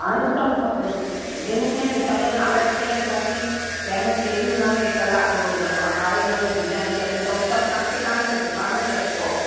हाणे हू सभु रिंग में सॼा नाला लिखियल आहिनि छोकि कंहिंमें कहिड़ी हुनमें कला आहे उनमें डिजाइन कंहिंमें त हू सभु तव्हांखे तव्हां हिते दुकान ते अचो